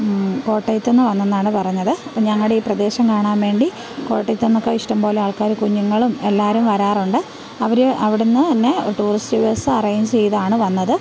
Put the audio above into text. കോട്ടയത്തു നിന്ന് വന്നു എന്നാണ് പറഞ്ഞത് അപ്പം ഞങ്ങളുടെ ഈ പ്രദേശം കാണാന് വേണ്ടി കോട്ടയത്തു നിന്നൊക്കെ ഇഷ്ടം പോലെ ആള്ക്കാർ കുഞ്ഞുങ്ങളും എല്ലാവരും വരാറുണ്ട് അവർ അവിടെ നിന്ന് തന്നെ ടൂറിസ്റ്റ് ബസ് അറേഞ്ച് ചെയ്താണ് വന്നത്